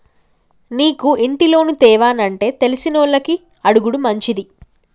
నీకు ఇంటి లోను తేవానంటే తెలిసినోళ్లని అడుగుడు మంచిది